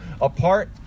apart